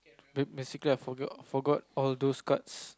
basically I forgot all those cards